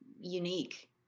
unique